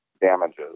damages